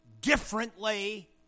differently